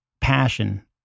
passion